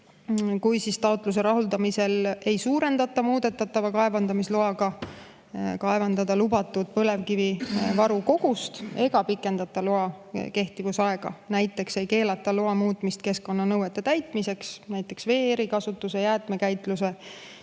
mille rahuldamisel ei suurendata muudetava kaevandamisloaga kaevandada lubatud põlevkivivaru kogust ega pikendata loa kehtivusaega. Näiteks ei keelata loa muutmist keskkonnanõuete täitmiseks, vee erikasutuse, jäätmekäitluse,